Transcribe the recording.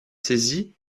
saisi